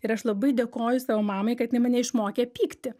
ir aš labai dėkoju savo mamai kad jinai mane išmokė pykti